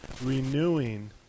renewing